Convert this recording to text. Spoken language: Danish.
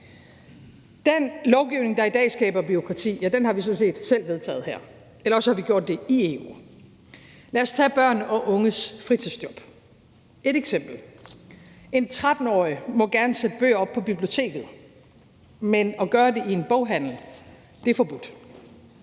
Den lovgivning, der i dag skaber bureaukrati, har vi sådan set selv vedtaget herinde, eller også har vi gjort det i EU. Tag f.eks. børn og unges fritidsjob. Et eksempel er, at en 13-årig gerne må sætte bøger op på biblioteket, men at det er forbudt